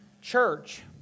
church